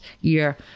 year